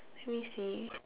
let me see